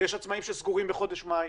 ויש עצמאים שסגורים בחודש מאי.